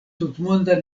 tutmonda